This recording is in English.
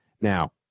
now